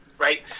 right